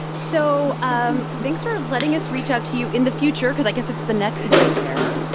so um thanks for letting us reach out to you in the future because i guess it's the next day there.